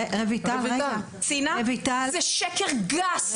צינה, זה שקר גס.